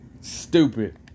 Stupid